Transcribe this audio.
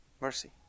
Mercy